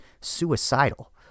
suicidal